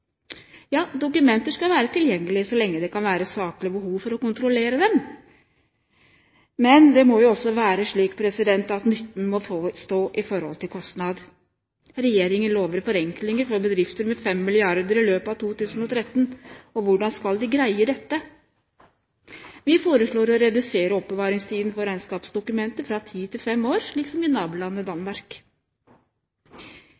Ja, dokumenter skal være tilgjengelige så lenge det kan være saklig behov for å kontrollere dem. Men det må jo også være slik at nytten må stå i forhold til kostnaden. Regjeringen lover forenklinger for bedrifter med 5 mrd. kr i løpet av 2013. Hvordan skal de greie dette? Vi foreslår å redusere oppbevaringstiden for regnskapsdokumenter fra ti til fem år, slik som i nabolandet